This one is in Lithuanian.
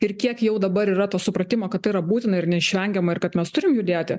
ir kiek jau dabar yra to supratimo kad tai yra būtina ir neišvengiama ir kad mes turim judėti